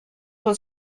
was